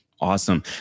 Awesome